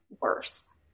worse